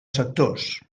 sectors